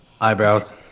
eyebrows